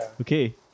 Okay